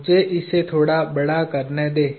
मुझे इसे थोड़ा बड़ा करने दें